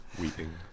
Weeping